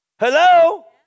Hello